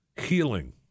Healing